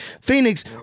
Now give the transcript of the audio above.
Phoenix